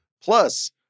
Plus